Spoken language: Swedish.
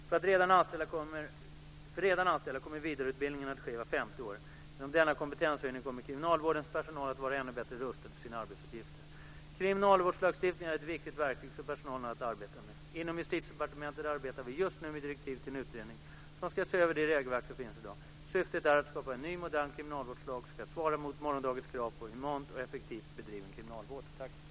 För redan anställda kommer vidareutbildningen att ske vart femte år. Genom denna kompetenshöjning kommer kriminalvårdens personal att vara ännu bättre rustad för sina arbetsuppgifter. Kriminalvårdslagstiftningen är ett viktigt verktyg som personalen har att arbeta med. Inom Justitiedepartementet arbetar vi just nu med direktiv till en utredning som ska se över det regelverk som finns i dag. Syftet är att skapa en ny modern kriminalvårdslag som kan svara mot morgondagens krav på en humant och effektivt bedriven kriminalvård.